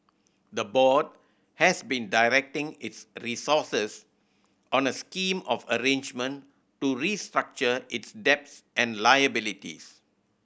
the board has been directing its resources on a scheme of arrangement to restructure its debts and liabilities